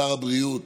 שר הבריאות,